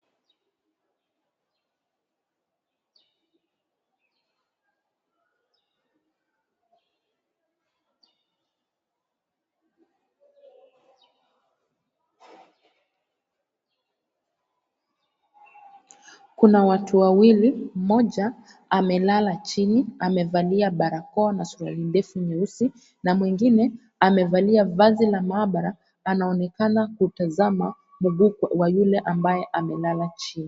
Kuna watu wawili, mmoja amelala chini, amevalia barakoa na suruali ndefu nyeusi na mwingine amevalia vazi la maabara. Anaonekana kutazama mguu wa yule ambaye amelala chini.